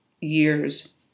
year's